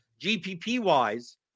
GPP-wise